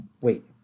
Wait